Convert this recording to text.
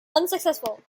unsuccessful